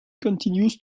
continues